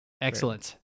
excellent